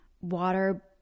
water